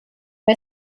bei